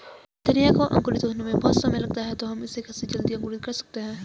धनिया को अंकुरित होने में बहुत समय लगता है तो हम इसे जल्दी कैसे अंकुरित कर सकते हैं?